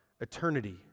eternity